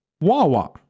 Wawa